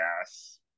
yes